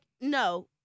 no